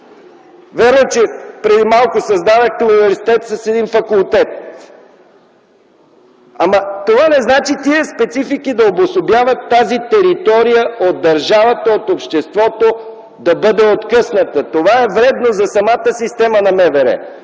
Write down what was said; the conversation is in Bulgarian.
Вярно е, че преди малко създадохте университет с един факултет. Но това не значи тези специфики да обособяват тази територия от държавата, от обществото – да бъде откъсната. Това е вредно за самата система на МВР!